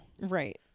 Right